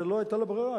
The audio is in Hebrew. ולא היתה לה ברירה,